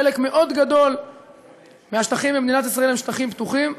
חלק מאוד גדול מהשטחים במדינת ישראל הם שטחים פתוחים,